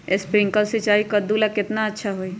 Sprinkler सिंचाई कददु ला केतना अच्छा होई?